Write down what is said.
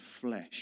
flesh